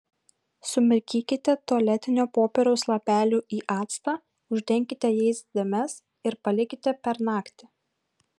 sumirkykite tualetinio popieriaus lapelių į actą uždenkite jais dėmes ir palikite per naktį